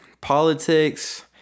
Politics